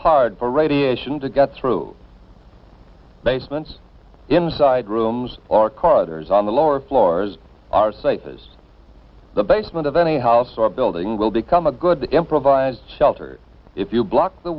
hard for radiation to get through basements inside rooms or corridors on the lower floors are safest the basement of any house or building will become a good the improvised shelter if you block the